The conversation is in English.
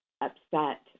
upset